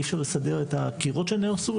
אי אפשר לסדר את הקירות שנהרסו,